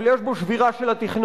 אבל יש בו שבירה של התכנון.